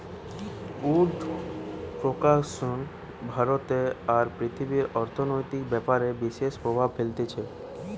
would production ভারতে আর পৃথিবীর অর্থনৈতিক ব্যাপারে বিশেষ প্রভাব ফেলতিছে